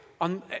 on